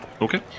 Okay